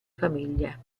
famiglia